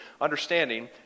Understanding